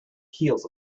heels